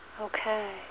Okay